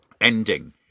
ending